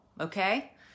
okay